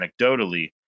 anecdotally